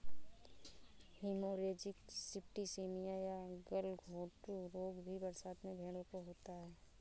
haemorrhagic septicaemia या गलघोंटू रोग भी बरसात में भेंड़ों को होता है